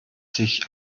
sich